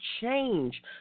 change